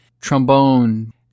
trombone